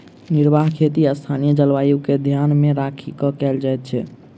निर्वाह खेती स्थानीय जलवायु के ध्यान मे राखि क कयल जाइत छै